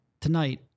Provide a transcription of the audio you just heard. tonight